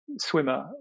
swimmer